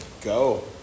Go